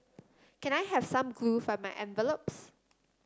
can I have some glue for my envelopes